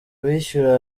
bishyura